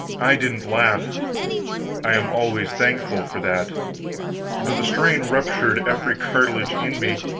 i didn't laugh i am always thankful for that but the strain ruptured every cartilage in me,